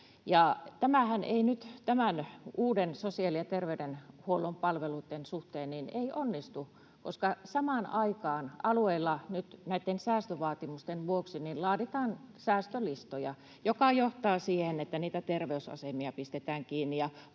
nyt uusien sosiaali- ja terveydenhuollon palveluitten suhteen onnistu, koska samaan aikaan alueilla näitten säästövaatimusten vuoksi laaditaan säästölistoja, mikä johtaa siihen, että niitä terveysasemia pistetään kiinni